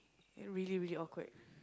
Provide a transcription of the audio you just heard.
really really awkward